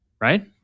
Right